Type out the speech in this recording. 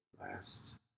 last